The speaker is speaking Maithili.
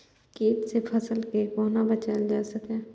कीट से फसल के कोना बचावल जाय सकैछ?